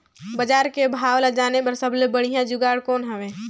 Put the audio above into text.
बजार के भाव ला जाने बार सबले बढ़िया जुगाड़ कौन हवय?